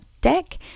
deck